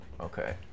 Okay